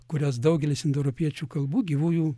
kurias daugelis indoeuropiečių kalbų gyvųjų